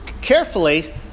carefully